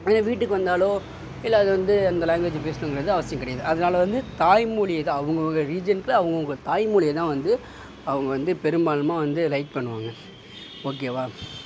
அதே வீட்டுக்கு வந்தாலோ இல்லை அது வந்து அந்த லாங்க்வேஜ் பேசுணுங்குறது அவசியம் கிடையாது அதனால வந்து தாய்மொழியை தான் அவங்கவுங்க ரிலிஜியன்க்கு அவங்கவுங்க தாய்மொழியை தான் வந்து அவங்க வந்து பெரும்பான்மயாக வந்து லைக் பண்ணுவாங்கள் ஓகேவா